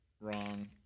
Wrong